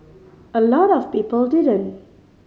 a lot of people didn't